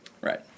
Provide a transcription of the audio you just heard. right